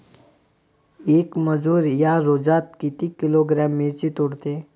येक मजूर या रोजात किती किलोग्रॅम मिरची तोडते?